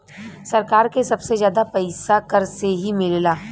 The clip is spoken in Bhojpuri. सरकार के सबसे जादा पइसा कर से ही मिलला